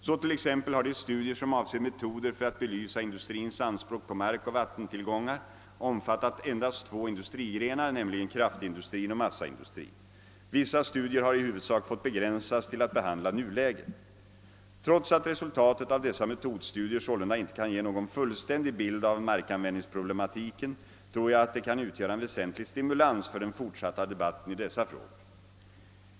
Så t.ex. har de studier, som avser metoder för att belysa industrins anspråk på mark och vattentillgångar, omfattat endast två industrigrenar nämligen kraftindustrin och massaindustrin. Vissa studier har i huvudsak fått begränsas till att behandla nuläget. Trots att resultatet av dessa metodstudier sålunda inte kan ge någon fullständig bild av markanvändningsproblematiken, tror jag att det kan utgöra en väsentlig stimulans för den fortsatta debatten i dessa frågor.